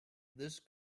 this